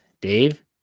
Dave